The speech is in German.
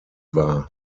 war